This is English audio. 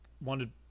wanted